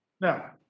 now